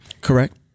Correct